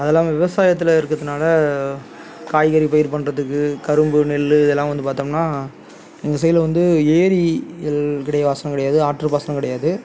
அதில்லாம விவசாயத்தில் இருக்கிறதுனால காய்கறி பயிர் பண்ணுறதுக்கு கரும்பு நெல் இதெல்லாம் வந்து பார்த்தோம்னா எங்கள் சைடில் வந்து ஏரிகள் பாசனம் கிடையாது ஆற்று பாசனமும் கிடையாது